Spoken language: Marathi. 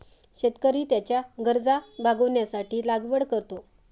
शेतकरी त्याच्या गरजा भागविण्यासाठी लागवड करतो